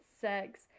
sex